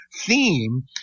theme